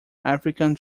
african